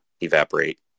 evaporate